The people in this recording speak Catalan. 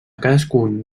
cadascun